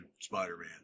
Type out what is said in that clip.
Spider-Man